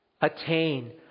attain